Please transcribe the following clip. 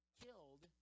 killed